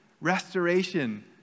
restoration